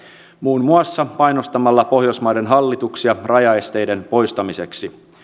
muun muassa painostamalla pohjoismaiden hallituksia rajaesteiden poistamiseksi